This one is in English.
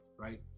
right